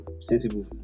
sensible